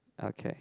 okay